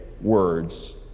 words